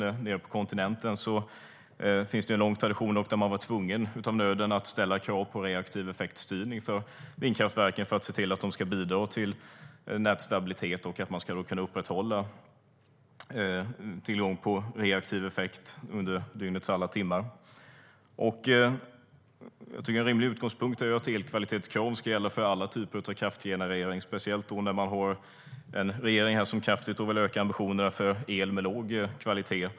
På kontinenten finns en lång sådan tradition. Man har varit nödd och tvungen att ställa krav på reaktiv effektstyrning för vindkraftverken och sett till att vindkraften bidrar till nätstabiliteten. Därmed har man kunnat upprätthålla tillgången på reaktiv effekt under dygnets alla timmar. En rimlig utgångspunkt är att elkvalitetskrav ska gälla för alla typer av kraftgenerering, speciellt när regeringen har ambitionen att kraftigt öka el med låg kvalitet.